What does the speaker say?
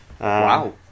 Wow